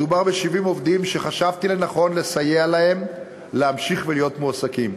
מדובר ב-70 עובדים שחשבתי לנכון לסייע להם להמשיך ולהיות מועסקים.